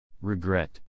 Regret